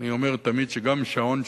אני אומר תמיד שגם שעון שעומד,